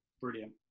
brilliant